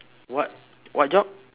what what job